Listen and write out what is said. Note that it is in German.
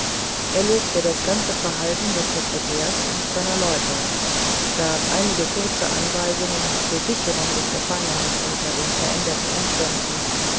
er lobte das ganze verhalten des sekretärs und seiner leute gab einige kurze anweisungen zur sicherung des gefangenen unter den veränderten umständen